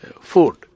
food